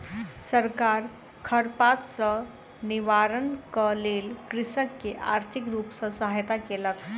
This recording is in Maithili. सरकार खरपात सॅ निवारणक लेल कृषक के आर्थिक रूप सॅ सहायता केलक